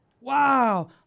Wow